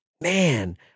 man